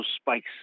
spikes